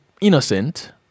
innocent